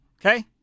Okay